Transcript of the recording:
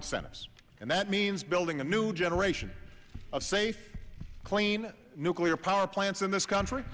incentives and that means building a new generation of safe clean nuclear power plants in this country